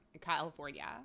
California